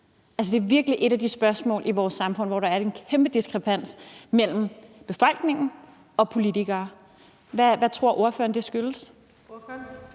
det er virkelig et af de spørgsmål i vores samfund, hvor der er en kæmpe diskrepans mellem befolkningen og politikere. Hvad tror ordføreren det skyldes?